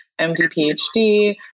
MD-PhD